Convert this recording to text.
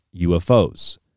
UFOs